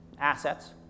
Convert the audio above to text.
assets